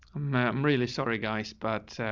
i'm not, i'm really sorry guys, but,